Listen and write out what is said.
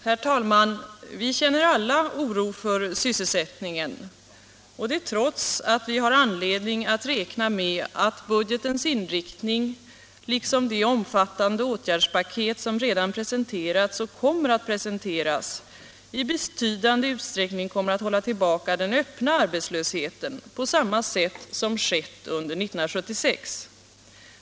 Herr talman! Vi känner alla oro för sysselsättningen, och det trots att vi har anledning att räkna med att budgetens inriktning, liksom de omfattande åtgärdspaket som redan presenterats och kommer att presenteras, i betydande utsträckning kommer att hålla tillbaka den öppna arbetslösheten på samma sätt som skett under 1976.